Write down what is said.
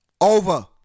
over